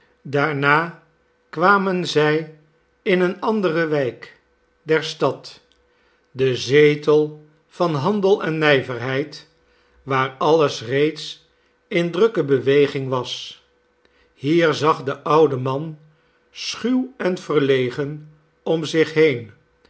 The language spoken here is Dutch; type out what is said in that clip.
daarna kwamen zij in eene andere wijk der stad de zetel van handel en nijverheid waar alles reeds in drukke beweging was hier zag de oude man schuw en verlegen om zich heen